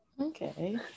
Okay